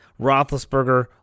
Roethlisberger